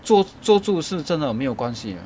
坐坐着是真的没有关系 ah